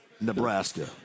Nebraska